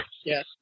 Yes